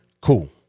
Cool